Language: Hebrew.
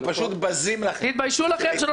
אנחנו פשוט בזים לכם.